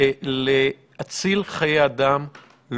להציל חיי אדם,